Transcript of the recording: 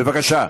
בבקשה.